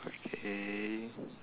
okay